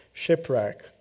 shipwreck